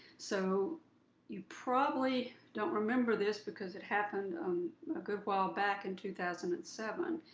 so you probably don't remember this because it happened a good while back in two thousand and seven,